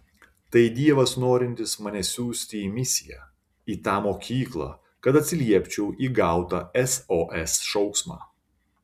tai dievas norintis mane siųsti į misiją į tą mokyklą kad atsiliepčiau į gautą sos šauksmą